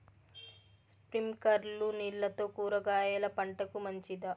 స్ప్రింక్లర్లు నీళ్లతో కూరగాయల పంటకు మంచిదా?